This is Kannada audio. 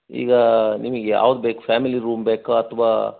ಈಗಾ ನಿಮಗ್ ಯಾವ್ದು ಬೇಕು ಫ್ಯಾಮಿಲಿ ರೂಮ್ ಬೇಕೋ ಅಥ್ವಾ